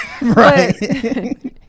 Right